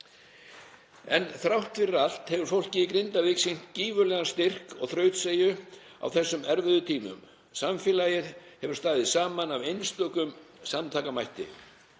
Þrátt fyrir allt hefur fólkið í Grindavík sýnt gífurlegan styrk og þrautseigju á þessum erfiðu tímum. Samfélagið hefur staðið saman af einstökum samtakamætti.